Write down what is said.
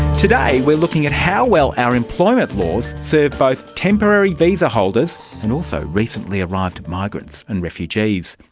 today we're looking at how well our employment laws serve both temporary visa holders and also recently arrived migrants and refugees.